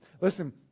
Listen